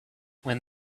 when